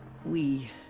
we.